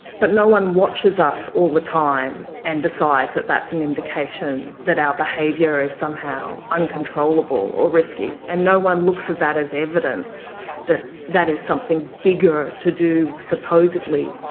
but no one watches us all the time and decides that that's an indication that our behaviour is somehow uncontrollable or risky. and no one looks at that as evidence that that is something bigger to do, supposedly,